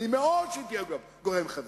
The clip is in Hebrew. אני מאוד שהיא תהיה גורם חברתי,